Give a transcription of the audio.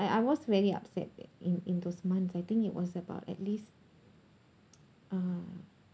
I I was really upset in in those months I think it was about at least uh